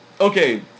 okay